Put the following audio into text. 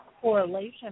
correlation